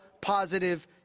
positive